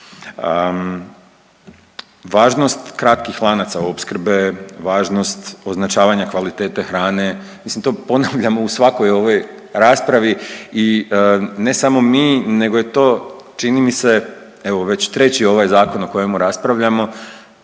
Važnost kratkih lanaca opskrbe, važnost označavanja kvalitete hrane, mislim to ponavljamo u svakoj ovoj raspravi i ne samo mi nego je to čini mi se evo već treći ovaj zakon o kojemu raspravljamo,